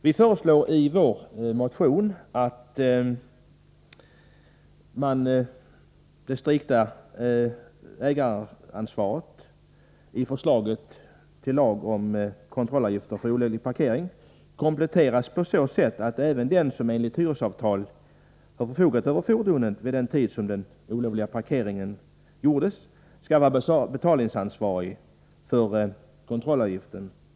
Vi föreslår i vår motion att det strikta ägaransvaret i förslaget till lag om kontrollavgifter för olovlig parkering kompletteras på så sätt att även den som enligt hyresavtal har förfogat över fordonet vid den tid då den olovliga parkeringen gjordes skall vara betalningsansvarig för kontrollavgiften.